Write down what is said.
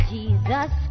Jesus